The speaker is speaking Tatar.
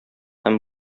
һәм